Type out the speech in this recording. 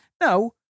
Now